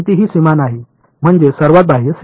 कोणतीही सीमा नाही म्हणजे सर्वात बाह्य सीमा